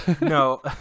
No